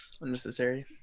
Unnecessary